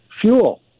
fuel